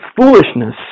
foolishness